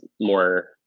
more